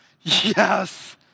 Yes